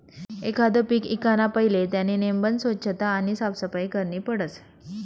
एखांद पीक ईकाना पहिले त्यानी नेमबन सोच्छता आणि साफसफाई करनी पडस